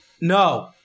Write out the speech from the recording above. No